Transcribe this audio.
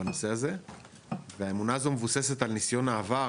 בנושא הזה והאמונה הזו מבוססת על ניסיון העבר,